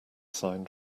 sign